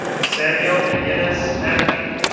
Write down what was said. samuel mcginnis knapke,